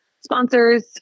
sponsors